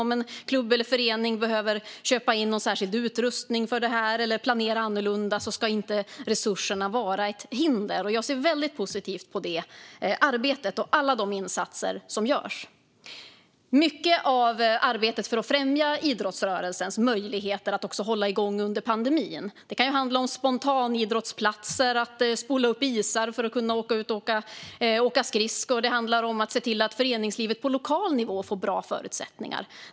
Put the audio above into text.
Om en klubb eller förening behöver köpa in särskild utrustning för det eller planera annorlunda ska inte bristande resurser vara ett hinder. Jag ser väldigt positivt på det arbetet och alla de insatser som görs. Mycket av arbetet för att främja idrottsrörelsens möjligheter att hålla igång också under pandemin kan handla om att skapa spontanidrottsplatser, till exempel genom att spola isar för skridskoåkning, och se till att föreningslivet på lokal nivå får bra förutsättningar.